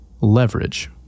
leverage